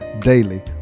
Daily